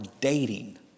dating